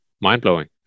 mind-blowing